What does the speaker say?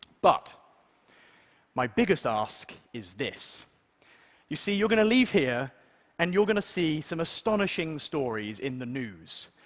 but my biggest ask is this you see, you're going to leave here and you're going to see some astonishing stories in the news.